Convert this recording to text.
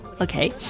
okay